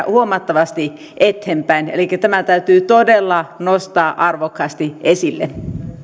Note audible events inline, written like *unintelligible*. *unintelligible* huomattavasti eteenpäin elikkä tämä täytyy todella nostaa arvokkaasti esille